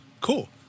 Cool